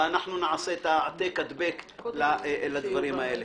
ונעשה את ההעתק הדבק לדברים האלה.